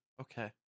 Okay